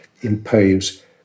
impose